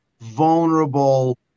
vulnerable